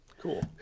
cool